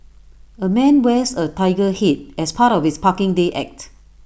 A man wears A Tiger Head as part of his parking day act